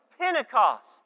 Pentecost